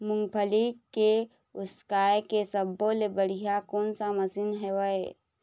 मूंगफली के उसकाय के सब्बो ले बढ़िया कोन सा मशीन हेवय?